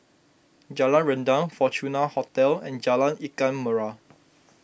Jalan Rendang Fortuna Hotel and Jalan Ikan Merah